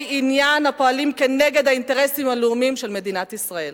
עניין הפועלים כנגד האינטרסים הלאומיים של מדינת ישראל.